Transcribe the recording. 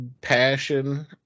passion